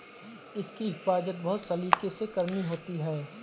इसकी हिफाज़त बहुत सलीके से करनी होती है